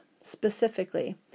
specifically